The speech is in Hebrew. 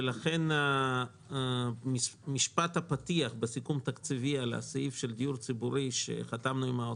לכן משפט הפתיח בסיכום התקציבי על סעיף הדיור הציבורי שחתמנו עליו עם משרד